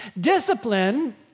Discipline